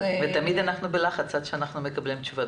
ותמיד אנחנו בלחץ עד שאנחנו מקבלות תשובה,